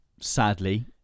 Sadly